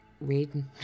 reading